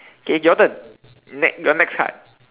K your turn next your next card